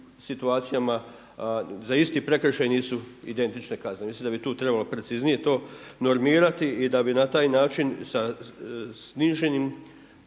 situacijama za isti prekršaj nisu identične kazne. Mislim da bi trebalo preciznije to normirati i da bi na taj način sa sniženim